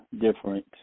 different